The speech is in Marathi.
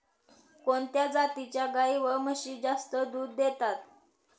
कोणत्या जातीच्या गाई व म्हशी जास्त दूध देतात?